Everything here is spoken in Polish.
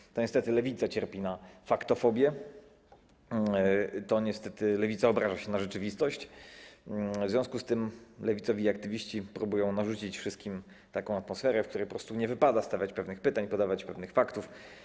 I to niestety Lewica cierpi na faktofobię, to niestety Lewica obraża się na rzeczywistość, w związku z tym lewicowi aktywiści próbują narzucić wszystkim taką atmosferę, w której po prostu nie wypada stawiać pewnych pytań, podawać pewnych faktów.